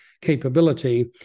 capability